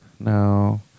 No